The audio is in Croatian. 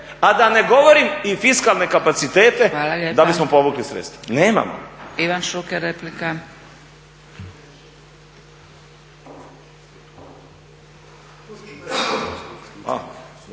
a da ne govorim i fiskalne kapacitete da bismo povukli sredstva. Nemamo.